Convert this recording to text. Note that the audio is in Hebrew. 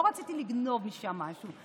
לא רציתי לגנוב משם משהו,